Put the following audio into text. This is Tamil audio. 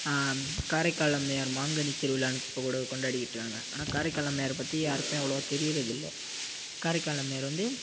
காரைக்கால் அம்மையார் மாங்கனி திருவிழானு இப்போது கூட கொண்டாடிகிட்டு இருக்காங்க ஆனால் காரைக்கால் அம்மையாரை பற்றி யாருக்குமே அவ்வளவாக தெரியறது இல்லை காரைக்கால் அம்மையார் வந்து